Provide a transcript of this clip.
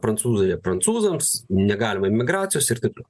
prancūzija prancūzams negalima imigracijos ir taip toliau